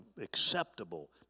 acceptable